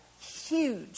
huge